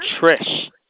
Trish